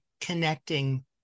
connecting